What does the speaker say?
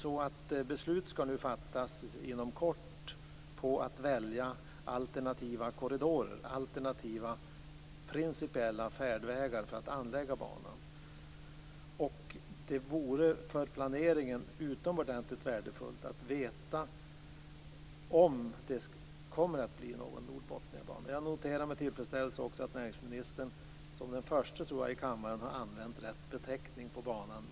Inom kort skall det fattas beslut om val av alternativa korridorer, alternativa principiella färdvägar för att anlägga banan, och det vore för planeringen utomordentligt värdefullt att veta om det kommer att bli någon Nordbotniabana. Jag noterar också med tillfredsställelse att näringsministern - som den förste här i kammaren, tror jag - använder rätt beteckning på banan.